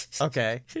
okay